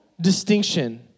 distinction